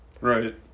Right